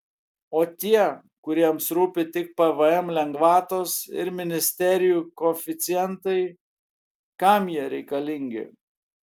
o tie kuriems rūpi tik pvm lengvatos ir ministerijų koeficientai kam jie reikalingi